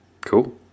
Cool